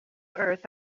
earth